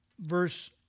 verse